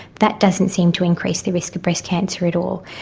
that doesn't seem to increase the risk of breast cancer at all.